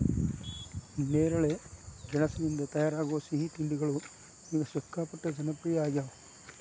ನೇರಳೆ ಗೆಣಸಿನಿಂದ ತಯಾರಾಗೋ ಸಿಹಿ ತಿಂಡಿಗಳು ಈಗ ಸಿಕ್ಕಾಪಟ್ಟೆ ಜನಪ್ರಿಯ ಆಗ್ಯಾವ